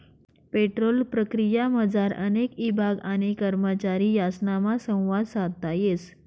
petrol प्रक्रियामझार अनेक ईभाग आणि करमचारी यासनामा संवाद साधता येस